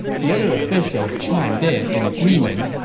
the other officials chimed in in agreement,